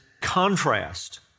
contrast